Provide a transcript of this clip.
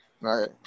right